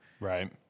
Right